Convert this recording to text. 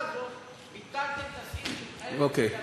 הזאת ביטלתם את הסעיף שמחייב את "לווייתן"